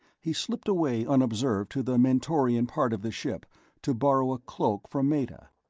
he slipped away unobserved to the mentorian part of the ship to borrow a cloak from meta.